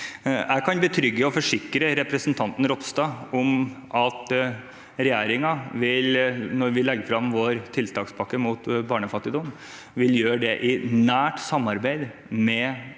Jeg kan betrygge og forsikre representanten Ropstad om at regjeringen, når vi legger frem vår tiltakspakke mot barnefattigdom, vil gjøre det i nært samarbeid med Venstre